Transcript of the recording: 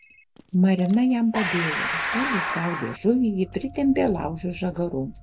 marina jam padėjo kol jis gaudė žuvį ji pritempė laužui žagarų